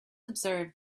observe